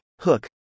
Hook